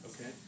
okay